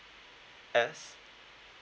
S